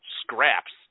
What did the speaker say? scraps